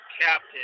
captain